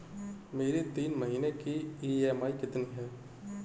मेरी तीन महीने की ईएमआई कितनी है?